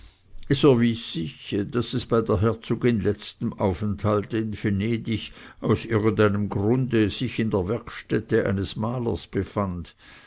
sich daß es bei der herzogin letztem aufenthalte in venedig aus irgendeinem grunde sich in der werkstätte eines malers befand